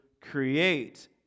create